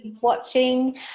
watching